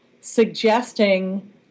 suggesting